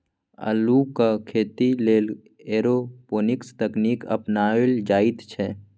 अल्लुक खेती लेल एरोपोनिक्स तकनीक अपनाओल जाइत छै